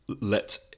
let